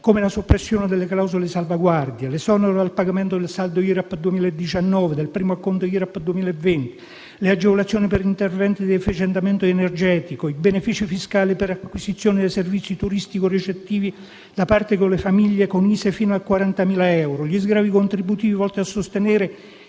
come la soppressione delle clausole salvaguardia, l'esonero dal pagamento del saldo IRAP 2019, del primo acconto IRAP 2020, le agevolazioni per interventi di efficientamento energetico, i benefici fiscali per l'acquisizione di servizi turistico-ricettivi da parte delle famiglie con ISEE fino a 40.000 euro, gli sgravi contributivi volti a sostenere